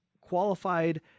qualified